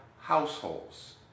households